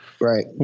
right